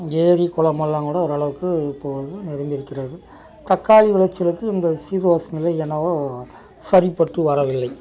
ஏரி குளமெல்லாம் கூட ஓரளவுக்கு இப்போ வந்து நிரம்பி இருக்கிறது தக்காளி விளைச்சலுக்கு இந்த சீதோஷ்ண நிலை என்னவோ சரிப்பட்டு வரவில்லை